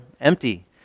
empty